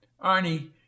Arnie